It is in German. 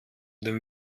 dem